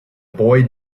boy